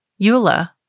Eula